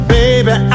baby